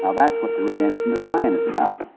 ah that's what the redemption of zion is about.